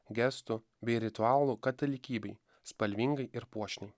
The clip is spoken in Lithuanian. gestų bei ritualų katalikybei spalvingai ir puošniai